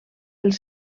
els